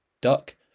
duck